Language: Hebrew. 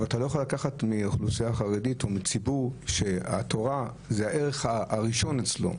אבל אתה לא יכול לקחת מציבור שהתורה זה הערך הראשון אצלו.